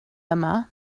yma